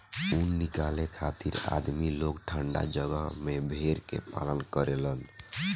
ऊन निकाले खातिर आदमी लोग ठंडा जगह में भेड़ के पालन करेलन